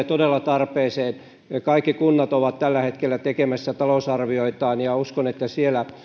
todella tarpeeseen kaikki kunnat ovat tällä hetkellä tekemässä talousarvioitaan ja uskon että siellä